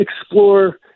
explore